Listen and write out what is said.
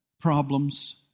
problems